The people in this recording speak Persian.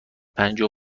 پنجاه